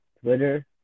Twitter